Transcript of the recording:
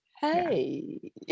hey